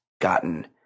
gotten